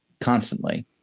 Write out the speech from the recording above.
constantly